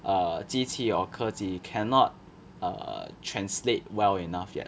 err 机器 or 科技 cannot err translate well enough yet